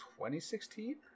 2016